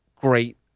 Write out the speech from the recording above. Great